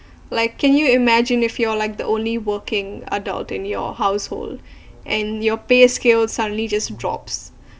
like can you imagine if you're like the only working adult in your household and your pay scale suddenly just drops